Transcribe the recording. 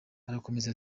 arakomeza